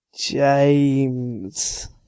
James